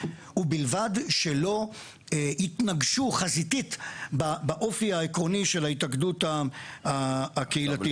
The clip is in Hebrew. ובלבד שלא יתנגשו חזיתית באופי העקרוני של ההתאגדות הקהילתית.